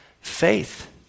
faith